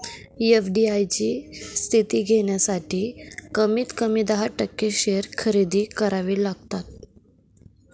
FDI ची स्थिती घेण्यासाठी कमीत कमी दहा टक्के शेअर खरेदी करावे लागतात